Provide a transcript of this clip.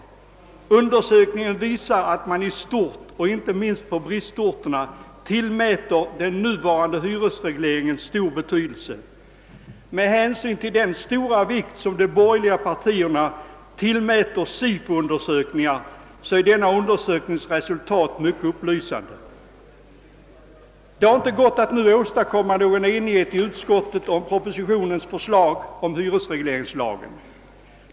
Av undersökningen framgår sålunda att man i stort, och inte minst på bristorterna, tillmäter den nuvarande hyresregleringen stor betydelse. Med hänsyn till den stora vikt som de borgerliga partierna tillägger Sifo-undersökningar är detta resultat mycket upplysande. Det har denna gång inte varit möjligt att åstadkomma enighet i utskottet om propositionens förslag till hyresregleringslag.